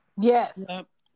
Yes